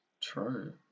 True